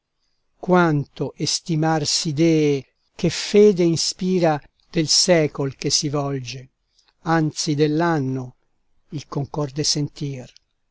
quanto estimar si dee che fede inspira del secol che si volge anzi dell'anno il concorde sentir